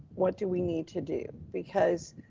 what do we need to do? because